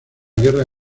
guerra